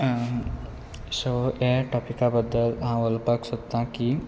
so हे टॉपिका बद्दल हांव उलोवपाक सोदतां की